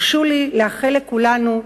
הרשו לי לאחל לכולנו,